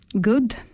good